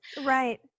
Right